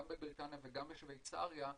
גם בבריטניה וגם בשוויצריה,